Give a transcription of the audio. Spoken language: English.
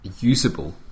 usable